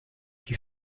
die